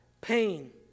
pain